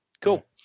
Cool